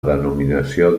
denominació